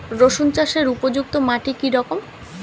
রুসুন চাষের উপযুক্ত মাটি কি রকম?